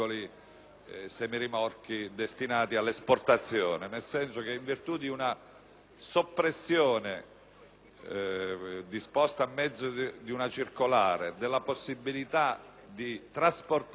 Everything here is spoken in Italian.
una soppressione, disposta a mezzo di una circolare, della possibilità di trasportare veicoli su veicoli si è determinata una riduzione di competitività,